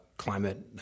climate